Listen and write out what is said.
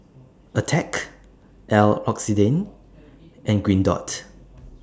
Attack L'Occitane and Green Dot